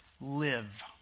Live